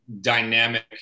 dynamic